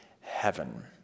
heaven